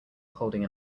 holding